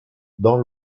dans